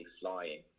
flying